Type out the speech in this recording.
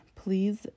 please